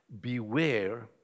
beware